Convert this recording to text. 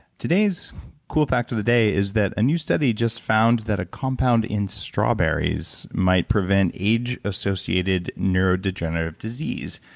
today's cool fact of the day is that a new study just found that a compound in strawberries might prevent age associated neurodegenerative disease.